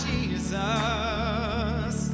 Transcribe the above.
Jesus